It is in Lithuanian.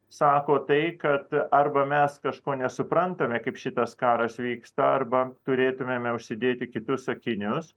sako tai kad arba mes kažko nesuprantame kaip šitas karas vyksta arba turėtumėme užsidėti kitus akinius